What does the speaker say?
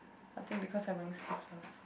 I think because I'm wearing sleeveless